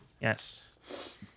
Yes